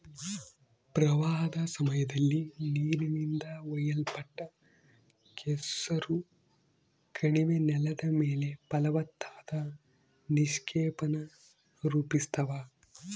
ಪ್ರವಾಹದ ಸಮಯದಲ್ಲಿ ನೀರಿನಿಂದ ಒಯ್ಯಲ್ಪಟ್ಟ ಕೆಸರು ಕಣಿವೆ ನೆಲದ ಮೇಲೆ ಫಲವತ್ತಾದ ನಿಕ್ಷೇಪಾನ ರೂಪಿಸ್ತವ